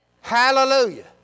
Hallelujah